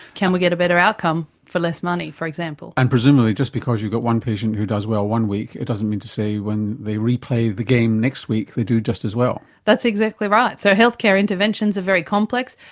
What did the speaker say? can we get a better outcome for less money, for example. and presumably just because you've got one patient who does well one week, it doesn't mean to say when they replay the game next week they do just as well. that's exactly right. so healthcare interventions are very complex.